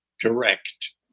direct